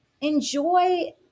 enjoy